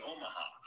Omaha